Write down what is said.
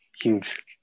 huge